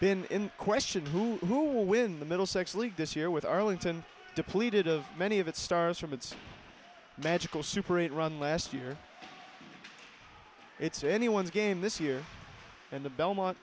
in question who will win the middlesex league this year with arlington depleted of many of its stars from its magical super eight run last year it's anyone's game this year and the belmont